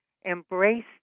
embrace